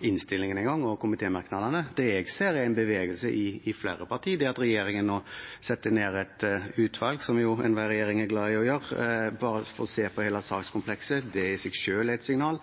innstillingen og komitémerknadene engang. Det jeg ser, er en bevegelse i flere partier. Det at regjeringen nå setter ned et utvalg – som enhver regjering er glad i å gjøre – for å se på hele sakskomplekset, er i seg selv et signal.